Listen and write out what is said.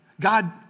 God